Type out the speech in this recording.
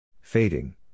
Fading